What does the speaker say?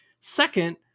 second